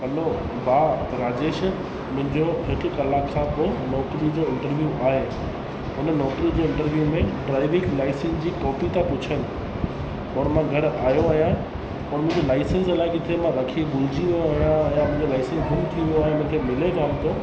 हलो हा राजेश मुंहिंजो हिकु कलाक खां पोइ नौकिरी जो इंटरव्यू आहे हुन नौकिरी जे इंटरव्यू में ड्राईविंग लाईसंस जी कॉपी था पुछनि और मां घरि आयो आहियां और मुंहिंजो लाईसंस मां अलाए किथे रखी भुलिजी वियो आहियां या मुंहिंजो लाईसंस घुम थी वियो आहे मूंखे मिले कान थो